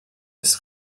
des